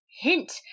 hint